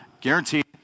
Guaranteed